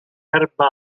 erba